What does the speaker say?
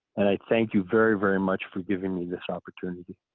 and i think you very, very much for giving me this opportunity.